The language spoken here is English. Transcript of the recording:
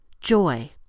joy